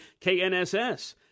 KNSS